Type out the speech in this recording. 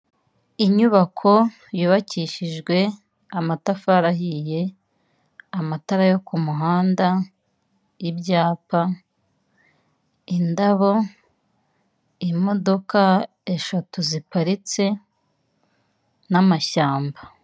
Inyubako yubakishijwe amatafari ahiye amatara yo kumuhanda ibyapa indabo imodoka eshatu ziparitse n'amashyamba.